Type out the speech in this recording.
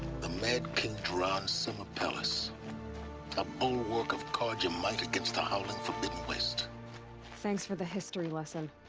the mad king jiran's summer palace a bold work of carja might against the howling forbidden west thanks for the history lesson.